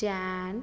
Jain